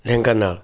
Dhenkanal